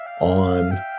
on